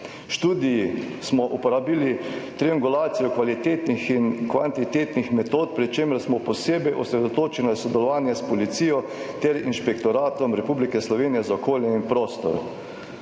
Študiji smo uporabili triangulacijo kvalitetnih in kvantitetnih metod, pri čemer smo posebej osredotočeni na sodelovanje s policijo ter Inšpektoratom Republike Slovenije za okolje in prostor,